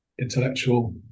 Intellectual